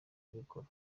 kubikora